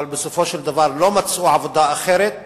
אבל בסופו של דבר לא מצאו עבודה אחרת